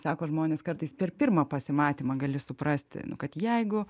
sako žmonės kartais per pirmą pasimatymą gali suprasti kad jeigu